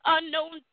Unknown